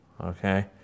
Okay